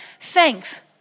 thanks